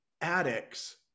addicts